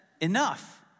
enough